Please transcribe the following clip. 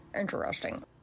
Interesting